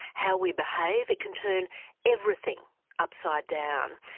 how we behave, it can turn everything upside down.